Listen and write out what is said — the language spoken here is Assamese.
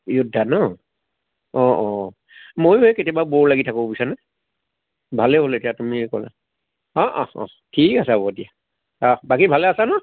য়োদ্ধা ন' অ অ মই এই কেতিয়াবা ব'ৰ লাগি থাকোঁ বুইছা ভালে হ'ল এতিয়া তুমি ক'লা অ' অ' ঠিক আছে হ'ব দিয়া বাকি ভালে আছা ন'